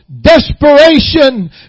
Desperation